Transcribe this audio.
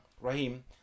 Raheem